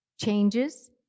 changes